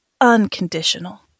unconditional